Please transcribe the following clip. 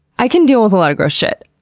i can deal with a lot of gross shit.